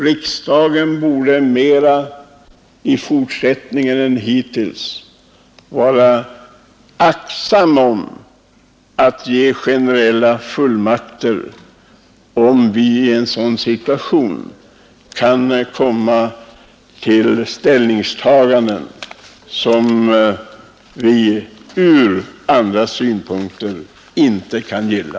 Riksdagen bör i fortsättningen vara mer restriktiv än den hittills varit med att ge generella fullmakter så att sådana ställningstaganden inte görs som vi inte kan gilla och kan följa.